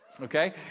okay